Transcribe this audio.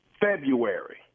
February